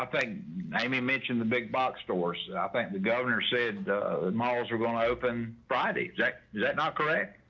ah think amy mentioned the big box stores. i think the governor said the malls are going to open friday jack, is that not correct?